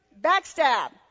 backstab